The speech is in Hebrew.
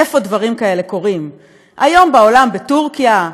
איפה דברים כאלה קורים היום בעולם: בטורקיה,